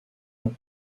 nom